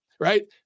Right